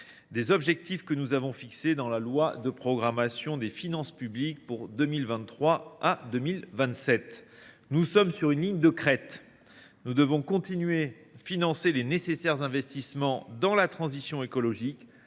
des objectifs que nous avons fixés dans la loi de programmation des finances publiques pour 2023 à 2027. Nous sommes sur une ligne de crête. Nous devons continuer de financer les nécessaires investissements dans la transition écologique,